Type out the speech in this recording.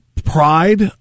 Pride